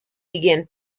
began